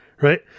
right